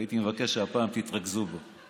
והייתי מבקש שהפעם תתרכזו בו.